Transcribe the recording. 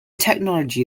technology